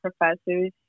professors